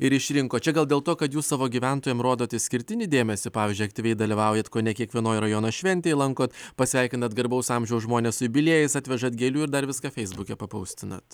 ir išrinko čia gal dėl to kad jūs savo gyventojam rodot išskirtinį dėmesį pavyzdžiui aktyviai dalyvaujat kone kiekvienoj rajono šventėje lankot pasveikinat garbaus amžiaus žmones jubiliejais atvežat gėlių ir dar viską feisbuke papaustinat